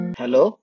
hello